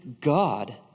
God